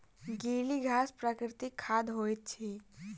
गीली घास प्राकृतिक खाद होइत अछि